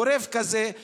זה אני מדבר.